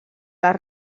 les